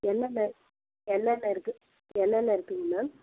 என்ன மேம் என்னென்ன இருக்குது என்னென்ன இருக்குதுங்க மேம்